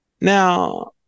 Now